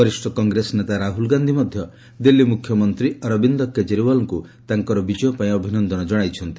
ବରିଷ୍ଣ କଂଗ୍ରେସ ନେତା ରାହୁଲ ଗାନ୍ଧୀ ମଧ୍ୟ ଦିଲ୍ଲୀ ମୁଖ୍ୟମନ୍ତ୍ରୀ ଅରବିନ୍ଦ କେଜରିୱାଲଙ୍କୁ ତାଙ୍କର ବିଜୟ ପାଇଁ ଅଭିନନ୍ଦନ କଣାଇଛନ୍ତି